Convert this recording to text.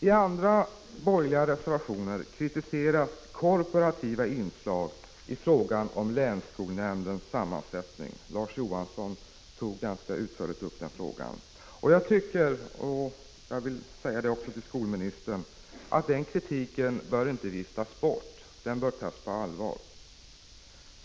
I andra borgerliga reservationer kritiseras korporativa inslag i fråga om länsskolnämndernas sammansättning. Larz Johansson tog ganska utförligt upp frågan. Jag vill säga till skolministern, att denna kritik inte bör viftas bort utan tas på allvar.